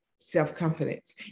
self-confidence